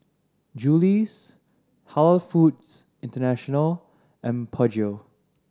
Julie's Halal Foods International and Peugeot